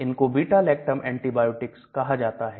इनको beta lactam antibiotic कहां जाता है